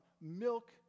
milk